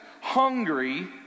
hungry